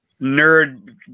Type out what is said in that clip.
nerd